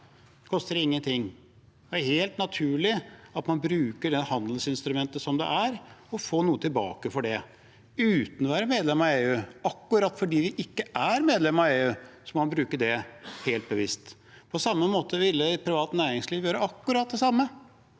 Det koster ingenting. Det er helt naturlig at man bruker det handelsinstrumentet det er, og får noe tilbake for det, uten å være medlem av EU. Nettopp fordi vi ikke er medlem av EU, må vi bruke det helt bevisst. På samme måte ville privat næringsliv gjort det – de